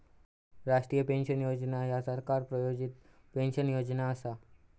राष्ट्रीय पेन्शन योजना ह्या सरकार प्रायोजित पेन्शन योजना असा